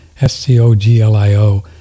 S-C-O-G-L-I-O